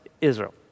Israel